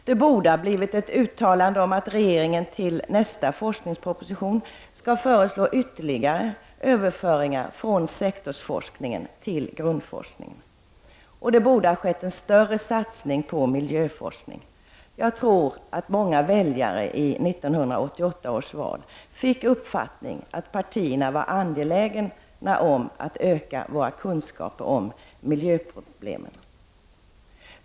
Det borde ha skett ett uttalande att regeringen till nästa forskningsproposition skall föreslå ytterligare överföringar från sektorsforskningen till grundforskningen. Det borde ha skett en större satsning på miljöforskning. Jag tror att det är många väljare från 1988 års val som fick uppfattningen att partierna var angelägna om att öka våra kunskaper om miljöproblemen.